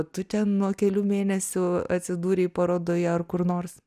tu ten nuo kelių mėnesių atsidūrei parodoje ar kur nors